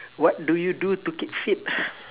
what do you do to keep fit